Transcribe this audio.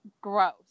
gross